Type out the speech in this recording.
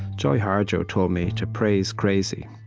joy harjo told me to praise crazy,